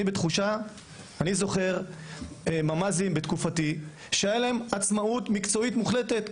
אני זוכר ממ"זים בתקופתי שהייתה להם עצמאות מקצועית מוחלטת,